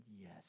yes